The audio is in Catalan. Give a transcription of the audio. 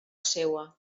seua